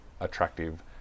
attractive